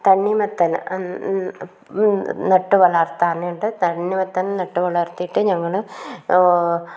തണ്ണിമത്തൻ നട്ടു വളർത്താറുണ്ട് തണ്ണിമത്തൻ നട്ടു വളർത്തിയിട്ട് ഞങ്ങൾ